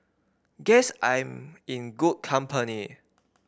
guess I'm in good company